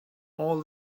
all